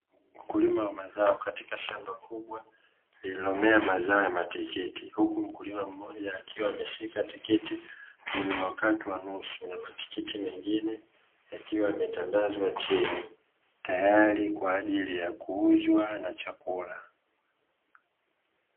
Mkulima wa mazao katika shamba kubwa lililomea mazao ya matikiti, huku mkulima mmoja akiwa ameshika tikiti lililokatwa nusu, na matikiti mengine yakiwa yametandazwa chini tayari kwa ajili ya kuuzwa na chakula.